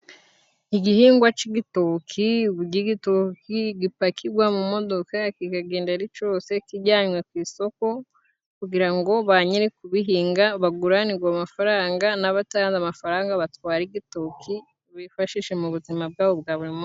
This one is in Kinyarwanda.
igihingwa c' igitoki, uburyo igitoki gipakigwa mu modoka kikagenda ari cose kijyanywe ku isoko, kugira ngo ba nyiri ukubihinga baguranigwe amafaranga n'abatanga amafaranga batware igitoki bifashishe mu buzima bwabo bwa buri munsi.